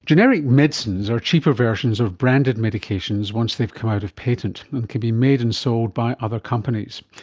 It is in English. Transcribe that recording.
generic medicines are cheaper versions of branded medications once they have come out of patent and can be made and sold by other companies.